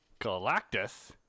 Galactus